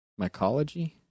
Mycology